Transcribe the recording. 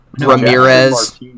Ramirez